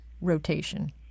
rotation